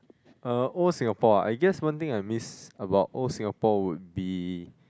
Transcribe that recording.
uh old Singapore ah I guess one thing I miss about old Singapore would be